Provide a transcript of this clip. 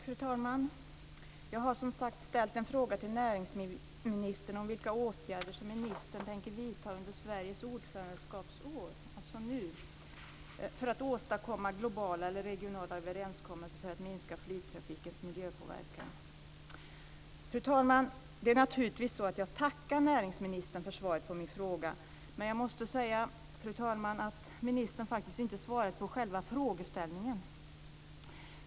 Fru talman! Jag har som sagt ställt en fråga till näringsministern om vilka åtgärder som ministern tänker vidta under Sveriges ordförandeskapsår - alltså nu - för att åstadkomma globala eller regionala överenskommelser för att minska flygtrafikens miljöpåverkan. Fru talman! Det är naturligtvis så att jag tackar näringsministern för svaret på min fråga, men jag måste säga att ministern faktiskt inte svarat på själva frågeställningen.